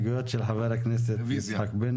של העסקים זה שלוש שנים.